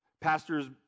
pastor's